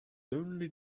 only